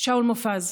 שאול מופז,